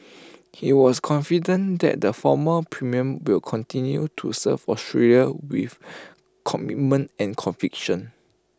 he was confident that the former premium will continue to serve Australia with commitment and conviction